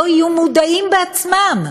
לא יהיו מודעים בעצמם,